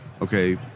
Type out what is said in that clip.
okay